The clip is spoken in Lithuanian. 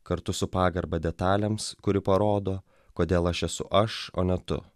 kartu su pagarba detalėms kuri parodo kodėl aš esu aš o ne tu